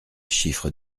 chiffres